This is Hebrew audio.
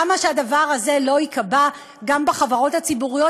למה שהדבר הזה לא ייקבע גם בחברות הציבוריות?